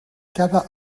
cada